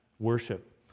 worship